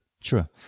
True